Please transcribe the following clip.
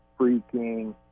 freaking